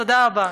תודה רבה.